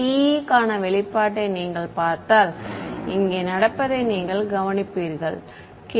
TE க்கான வெளிப்பாட்டை நீங்கள் பார்த்தால் இங்கே நடப்பதை நீங்கள் கவனிப்பீர்கள் k1ze2z